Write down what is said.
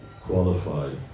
qualified